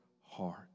heart